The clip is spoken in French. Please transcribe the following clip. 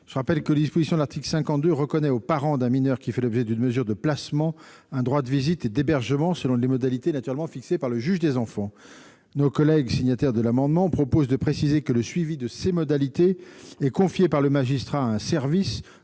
Je rappelle que les dispositions de l'article 52 reconnaissent aux parents d'un mineur qui fait l'objet d'une mesure de placement un droit de visite et d'hébergement, selon des modalités fixées par le juge des enfants. Mes collègues signataires de l'amendement proposent de préciser que le suivi de ces modalités est confié par le magistrat à un service